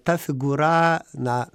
ta figūra na